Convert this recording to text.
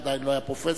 עוד לא היה פרופסור,